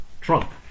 Trump